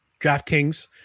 DraftKings